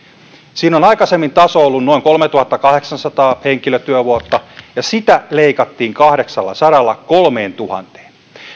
siinä on aikaisemmin taso ollut noin kolmetuhattakahdeksansataa henkilötyövuotta ja sitä leikattiin kahdeksallasadalla kolmeentuhanteen